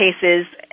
cases